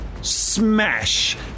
smash